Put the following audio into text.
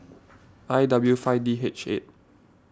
I W five D H eight